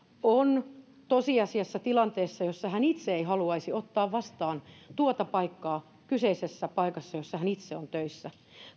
on tosiasiassa tilanteessa jossa hän itse ei haluaisi ottaa vastaan tuota paikkaa kyseisestä paikasta jossa hän itse on töissä